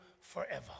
forever